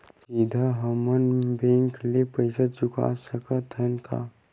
सीधा हम मन बैंक ले पईसा चुका सकत हन का?